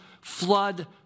flood